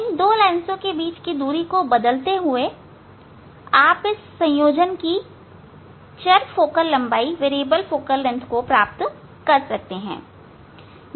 इन दो लेंसों के बीच की दूरी को बदलते हुए आप इस संयोजन की चर फोकल लंबाई प्राप्त कर सकते हैं